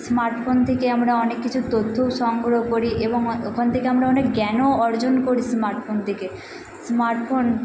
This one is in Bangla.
স্মার্ট ফোন থেকে আমরা অনেক কিছু তথ্যও সংগ্রহ করি এবং ওয়ান ওখান থেকে আমরা অনেক জ্ঞানও অর্জন করি স্মার্ট ফোন থেকে স্মার্ট ফোন